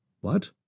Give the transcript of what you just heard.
What